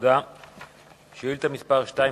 תודה רבה.